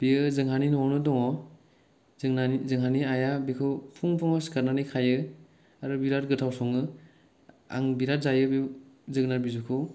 बेयो जोंहानि न'आवनो दङ जोंना जोंहानि आइया बेखौ फुं फुंआव सिखारनानै खायो आरो बिराद गोथाव सङो आं बिराद जायो बे जोगोनाथ बिजौखौ